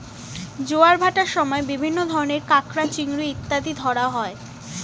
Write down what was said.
জোয়ার ভাটার সময় বিভিন্ন ধরনের কাঁকড়া, চিংড়ি ইত্যাদি ধরা হয়